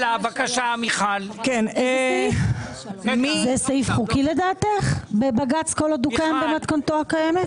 לדעתך זה סעיף חוקי בבג"צ כן עוד הוא כאן במתכונתו הקיימת?